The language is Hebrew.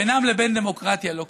בינם לבין דמוקרטיה לא קיים.